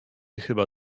chyba